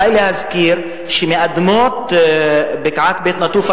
עלי להזכיר שבאדמות בקעת בית-נטופה,